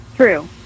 True